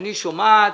אני שומעת